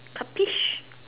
puppies